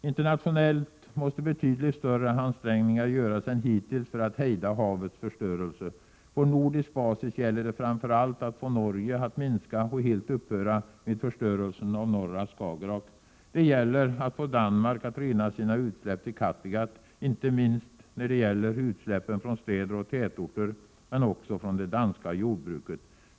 Internationellt måste betydligt större ansträngningar göras än hittills för att hejda havets förstörelse. På nordisk basis gäller det framför allt att få Norge att minska och helst upphöra med förstörelsen av norra Skagerrak. Det gäller att få Danmark att rena sina utsläpp till Kattegatt, inte minst i fråga om utsläppen från städer och andra tätorter men också från det danska jordbruket.